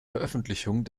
veröffentlichung